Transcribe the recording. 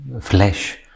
flesh